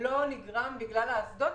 לא נגרם בגלל האסדות,